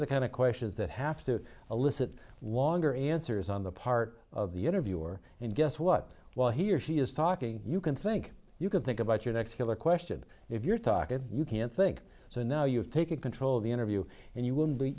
are the kind of questions that have to elicit longer answers on the part of the interviewer and guess what while he or she is talking you can think you can think about your next killer question if you're talking you can't think so now you've taken control of the interview and you w